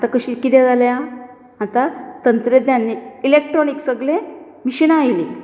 आता कशी कितें जाल्या आता तंत्रज्ञानी एलॅक्ट्रोनीक सगली मिशीनां आयली